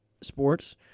sports